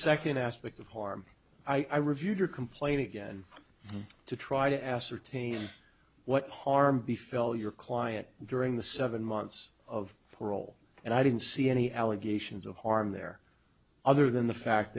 second aspect of harm i reviewed your complain again to try to ascertain what harm be felt your client during the seven months of parole and i didn't see any allegations of harm there other than the fact